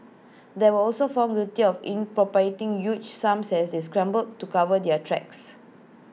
they were also found guilty of in appropriating huge sums as they scrambled to cover their tracks